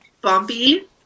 bumpy